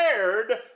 prepared